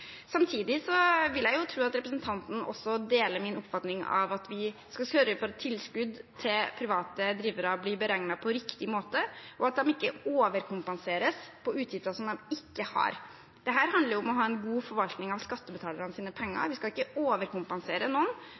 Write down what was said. Samtidig vil jeg tro at representanten også deler min oppfatning om at vi skal sørge for at tilskudd til private drivere blir beregnet på riktig måte, og at de ikke overkompenseres for utgifter som de ikke har. Dette handler om å ha en god forvaltning av skattebetalernes penger. Vi skal ikke overkompensere noen